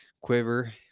quiver